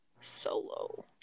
solo